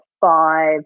five